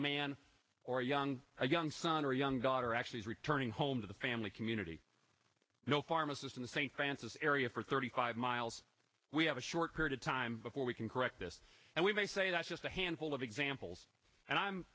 man or young a young son or young daughter actually is returning home to the family community the pharmacist in the st francis area for thirty five miles we have a short period of time before we can correct this and we may say that just a handful of examples and i'm